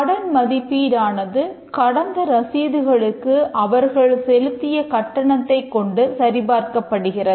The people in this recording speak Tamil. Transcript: கடன் மதிப்பீடானது கடந்த ரசீதுகளுக்கு அவர்கள் செலுத்திய கட்டணத்தைக் கொண்டு சரி பார்க்கப்படுகிறது